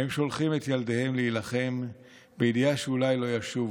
הם שולחים את ילדיהם להילחם בידיעה שאולי לא ישובו.